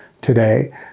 today